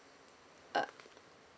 uh